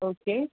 okay